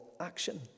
action